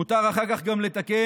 מותר אחר כך גם לתקן,